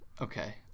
Okay